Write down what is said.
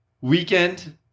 weekend